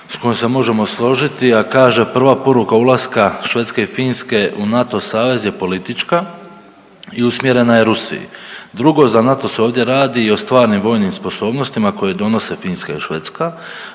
s kojim se možemo složiti, a kaže prva poruka ulaska Švedske i Finske u NATO savez je politička i usmjerena je Rusiji. Drugo, za NATO se ovdje radi i o stvarni vojnim sposobnostima koje donose Finska i Švedska,